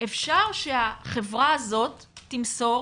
אפשר שהחברה הזאת תמסור